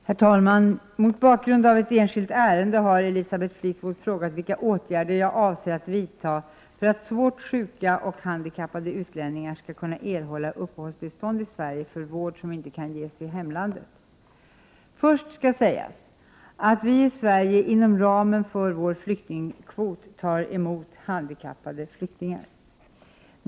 Herr talman! Mot bakgrund av ett enskilt ärende har Elisabeth Fleetwood frågat vilka åtgärder jag avser att vidta för att svårt sjuka och handikappade utlänningar skall kunna erhålla uppehållstillstånd i Sverige för vård som inte kan ges i hemlandet. Först skall sägas att vi i Sverige inom ramen för vår flyktingkvot tar emot handikappade flyktingar.